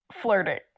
flirting